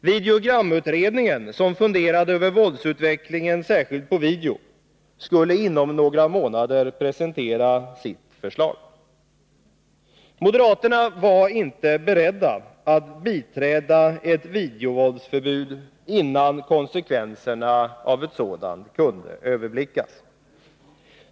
Videogramutredningen — som funderade över våldsutvecklingen särskilt på video — skulle inom några månader presentera sitt förslag. Moderaterna var inte beredda att biträda ett videovåldsförbud innan konsekvenserna av ett sådant kunde överblickas.